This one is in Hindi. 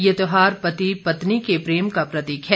ये त्यौहार पति पत्नी के प्रेम का प्रतीक है